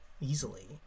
Easily